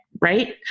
right